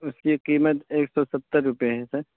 اس کی قیمت ایک سو ستّر روپئے ہے سر